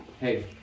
Hey